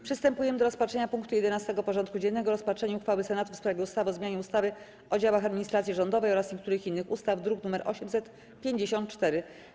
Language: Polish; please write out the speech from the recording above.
Przystępujemy do rozpatrzenia punktu 11. porządku dziennego: Rozpatrzenie uchwały Senatu w sprawie ustawy o zmianie ustawy o działach administracji rządowej oraz niektórych innych ustaw (druk nr 854)